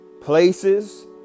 places